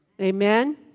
Amen